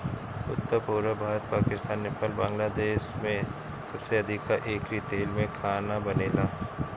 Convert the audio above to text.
उत्तर, पुरब भारत, पाकिस्तान, नेपाल, बांग्लादेश में सबसे अधिका एकरी तेल में खाना बनेला